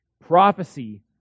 prophecy